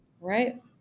Right